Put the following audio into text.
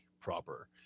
proper